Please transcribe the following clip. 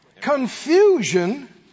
Confusion